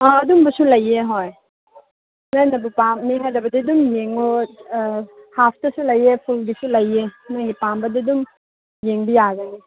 ꯑꯥ ꯑꯗꯨꯝꯕꯁꯨ ꯂꯩꯌꯦ ꯍꯣꯏ ꯅꯣꯏꯅꯕꯨ ꯄꯥꯝꯅꯤ ꯍꯥꯏꯔꯕꯗꯤ ꯑꯗꯨꯝ ꯌꯦꯡꯉꯣ ꯑꯥ ꯍꯥꯞꯇꯁꯨ ꯂꯩꯌꯦ ꯐꯨꯜꯒꯤꯁꯨ ꯂꯩꯌꯦ ꯅꯣꯏ ꯄꯥꯝꯕꯗꯤ ꯑꯗꯨꯝ ꯌꯦꯡꯕ ꯌꯥꯒꯅꯤ